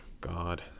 God